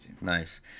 nice